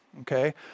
okay